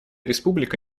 республика